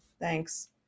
thanks